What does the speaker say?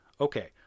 okay